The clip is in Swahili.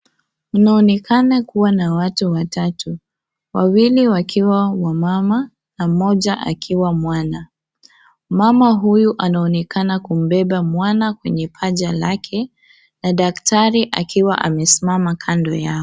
kunaonekana kuwa na watu watatu, wawili wakiwa wamama, na mmoja akiwa mwana, mama huyu anaonekana kumbeba mwana kwenye paja lake, na daktari akiwa amesimama kando yao.